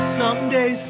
someday